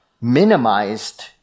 minimized